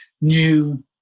new